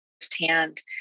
firsthand